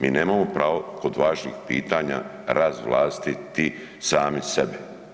Mi nemamo pravo kod važni pitanja razvlastiti sami sebe.